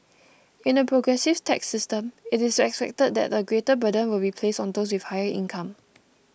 in a progressive tax system it is expected that a greater burden will be placed on those with higher income